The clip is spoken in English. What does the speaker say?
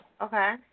Okay